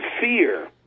fear